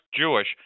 Jewish